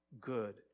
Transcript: good